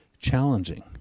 challenging